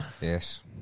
yes